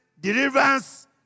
deliverance